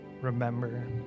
remember